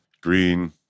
green